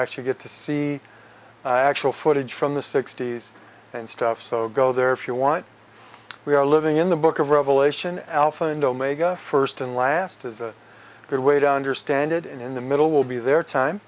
actually get to see actual footage from the sixty's and stuff so go there if you want we are living in the book of revelation alpha and omega first and last is a good way to understand it and in the middle will be there time